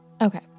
Okay